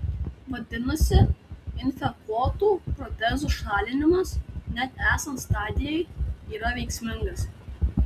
vadinasi infekuotų protezų šalinimas net esant stadijai yra veiksmingas